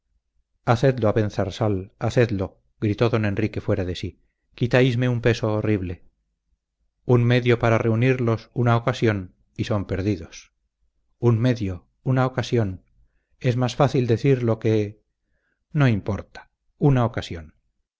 crimen hacedlo abenzarsal hacedlo gritó don enrique fuera de sí quitáisme un peso horrible un medio para reunirlos una ocasión y son perdidos un medio una ocasión es más fácil decirlo que no importa una ocasión